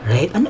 Right